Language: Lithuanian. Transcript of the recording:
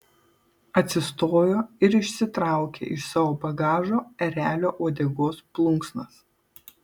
atsistojo ir išsitraukė iš savo bagažo erelio uodegos plunksnas